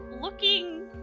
looking